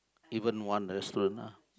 even one restaurant ah